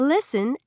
Listen